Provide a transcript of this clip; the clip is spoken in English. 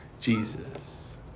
Jesus